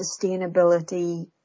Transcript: sustainability